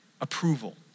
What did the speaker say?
approval